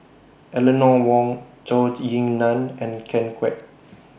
Eleanor Wong Zhou Ying NAN and Ken Kwek